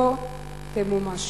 לא תמומש.